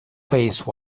face